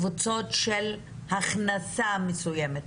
קבוצות של הכנסה מסוימת,